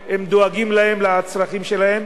שהוא דואג להם לצרכים שלהם.